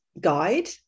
guide